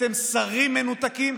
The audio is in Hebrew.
אתם שרים מנותקים,